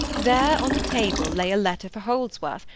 there, on the table, lay a letter for holdsworth,